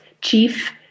Chief